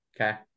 okay